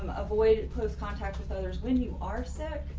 avoid close contact with others when you are sick.